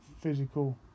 Physical